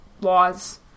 laws